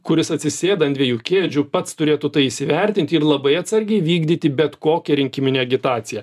kuris atsisėda ant dviejų kėdžių pats turėtų tai įsivertinti ir labai atsargiai vykdyti bet kokią rinkiminę agitaciją